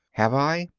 have i?